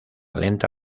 lenta